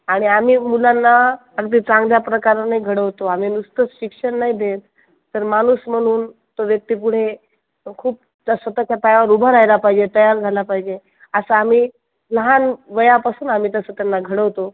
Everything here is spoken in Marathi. आणि आम्ही मुलांना अगदी चांगल्या प्रकाराने घडवतो आम्ही नुसतंच शिक्षण नाही देत तर माणूस म्हणून तो व्यक्ती पुढे खूप त्या स्वत च्या पायावर उभं राहिला पाहिजे तयार झाला पाहिजे असं आम्ही लहान वयापासून आम्ही तसं त्यांना घडवतो